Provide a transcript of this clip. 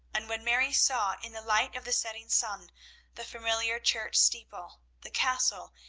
and when mary saw in the light of the setting sun the familiar church steeple, the castle,